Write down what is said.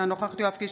אינה נוכחת יואב קיש,